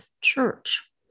church